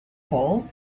pole